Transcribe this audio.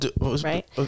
right